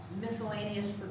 miscellaneous